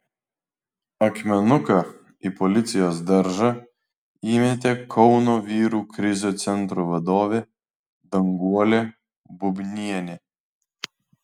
akmenuką į policijos daržą įmetė kauno vyrų krizių centro vadovė danguolė bubnienė